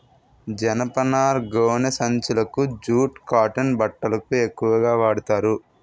జనపనార గోనె సంచులకు జూట్ కాటన్ బట్టలకు ఎక్కువుగా వాడతారు